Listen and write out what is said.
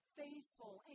faithful